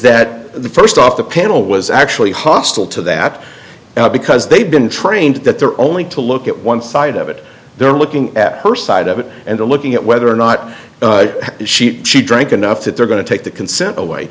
that the first off the panel was actually hostile to that because they've been trained that they're only to look at one side of it they're looking at her side of it and looking at whether or not she drank enough that they're going to take that consent away